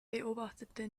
beobachtete